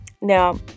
Now